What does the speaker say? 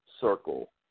circle